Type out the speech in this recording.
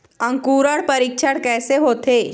अंकुरण परीक्षण कैसे होथे?